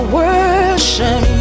worship